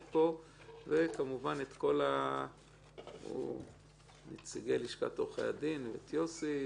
פה וכמובן את נציגי לשכת עורכי הדין ויוסי